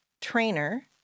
trainer